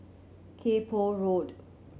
Kay Poh Road